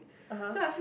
(uh huh)